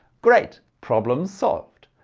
great, problem solved.